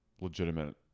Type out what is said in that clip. legitimate